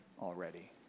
already